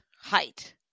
height